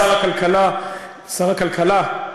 שר הכלכלה,